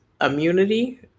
immunity